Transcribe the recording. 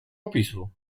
opisu